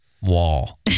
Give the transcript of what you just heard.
wall